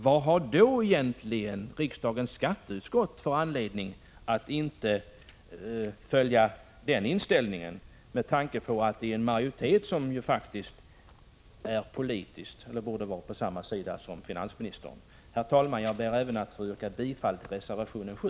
Vilken anledning har riksdagens skatteutskott — med tanke på att utskottsmajoriteten politiskt borde vara på samma sida som finansministern — att inte ha samma inställning som finansministern? Herr talman! Jag ber att få yrka bifall även till reservation nr 7.